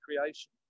creation